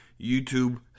YouTube